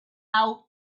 out